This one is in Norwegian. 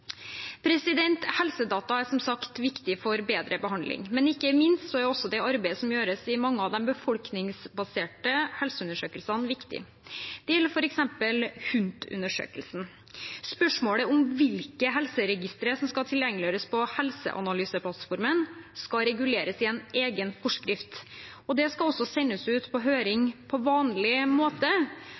Helsedata er som sagt viktig for bedre behandling, men ikke minst er også det arbeidet som gjøres i mange av de befolkningsbaserte helseundersøkelsene, viktig. Det gjelder f.eks. HUNT-undersøkelsen. Spørsmålet om hvilke helseregistre som skal tilgjengeliggjøres på helseanalyseplattformen, skal reguleres i en egen forskrift, og det skal også sendes ut på høring på vanlig måte.